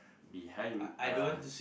behind uh